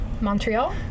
Montreal